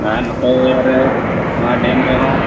ᱟᱨ ᱱᱚᱛᱮ ᱨᱮ ᱱᱚᱣᱟ ᱰᱮᱢ ᱨᱮᱦᱚᱸ